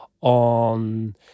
on